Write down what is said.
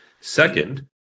Second